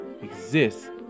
exist